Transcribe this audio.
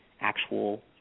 Actual